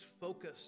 focus